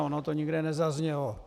Ono to nikde nezaznělo.